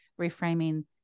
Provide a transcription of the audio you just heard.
reframing